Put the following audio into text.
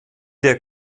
der